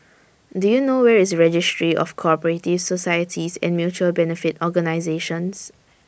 Do YOU know Where IS Registry of Co Operative Societies and Mutual Benefit Organisations